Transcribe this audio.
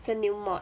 the new mod